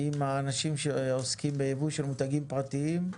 עם אנשים שעוסקים בייבוא של מותגים פרטיים.